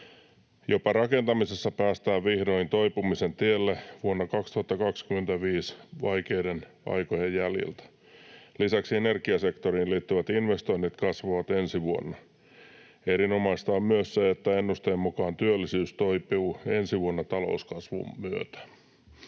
Jopa rakentamisessa päästään vihdoin toipumisen tielle vuonna 2025 vaikeiden aikojen jäljiltä. Lisäksi energiasektoriin liittyvät investoinnit kasvavat ensi vuonna. Erinomaista on myös se, että ennusteen mukaan työllisyys toipuu ensi vuonna talouskasvun myötä.